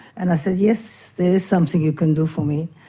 and i said, yes, there is something you can do for me,